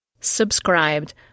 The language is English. Subscribed